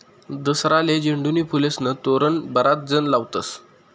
दसराले झेंडूना फुलेस्नं तोरण बराच जण लावतस